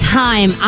time